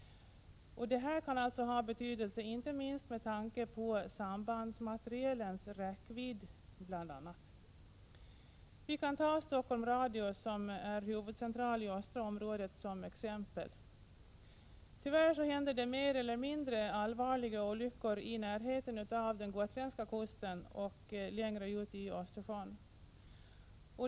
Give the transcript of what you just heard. Detta kan ha betydelse inte minst med tanke på sambandsmaterielens räckvidd. Vi kan ta Stockholm Radio, som är huvudcentral i östra området, som exempel. Tyvärr händer det mer eller mindre allvarliga olyckor i närheten av den gotländska kusten eller längre ut i Östersjön.